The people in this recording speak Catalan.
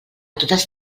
totes